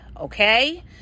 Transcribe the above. okay